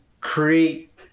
create